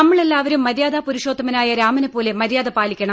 നമ്മളെല്ലാവരും മര്യാദാ പുരുഷോത്തമനായ രാമനെപ്പോലെ മര്യാദ പാലിക്കണം